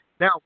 Now